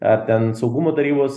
ar ten saugumo tarybos